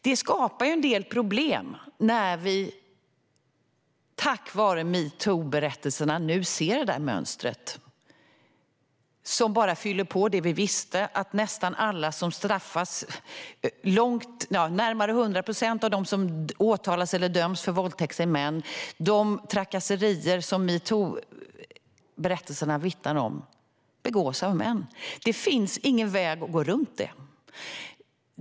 Detta skapar en del problem när vi tack vare metoo-berättelserna nu ser ett mönster som fyller på det vi redan visste, nämligen att närmare 100 procent av dem som åtalas eller döms för våldtäkt är män och att de trakasserier som metoo-berättelserna vittnar om begås av män. Det finns ingen väg runt detta.